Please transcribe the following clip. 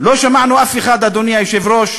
אדוני היושב-ראש,